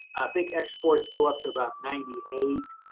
i think exports go up to about ninety eight.